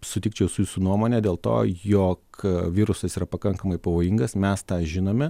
sutikčiau su jūsų nuomone dėl to jog virusas yra pakankamai pavojingas mes tą žinome